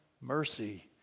mercy